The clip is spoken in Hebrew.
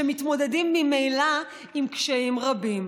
שמתמודדים ממילא עם קשיים רבים.